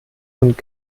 und